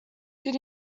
did